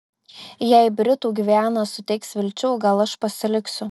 jei britų gviana suteiks vilčių gal aš pasiliksiu